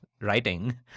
writing